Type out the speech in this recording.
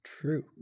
True